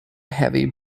heavy